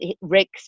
Rick